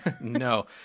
no